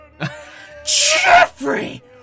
Jeffrey